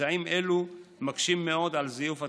אמצעים אלו מקשים מאוד את זיוף התעודות.